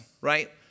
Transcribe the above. Right